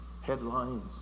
headlines